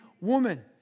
woman